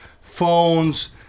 phones